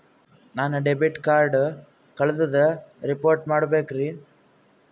ನನ್ನ debit card ಕಳ್ದದ report ಮಾಡಬೇಕ್ರಿ